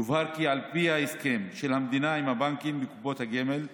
יובהר כי על פי ההסכם של המדינה עם הבנקים וקופות הגמל,